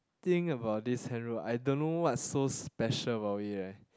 thing about this hand roll I don't know what's so special about it eh